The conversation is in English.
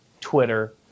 Twitter